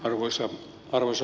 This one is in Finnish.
arvoisa puhemies